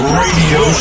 radio